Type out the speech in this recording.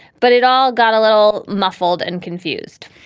but it all got a little muffled and confused